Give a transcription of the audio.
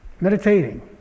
Meditating